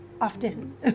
often